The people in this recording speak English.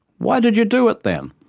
why did you do it then?